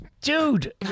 Dude